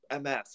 MS